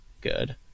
good